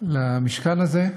למשכן הזה,